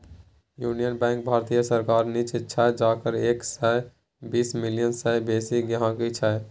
union Bank भारतीय सरकारक निच्चां छै जकर एक सय बीस मिलियन सय बेसी गांहिकी छै